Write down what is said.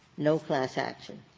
no class action.